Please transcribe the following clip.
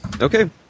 Okay